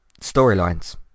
Storylines